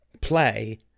play